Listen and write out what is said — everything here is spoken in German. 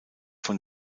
von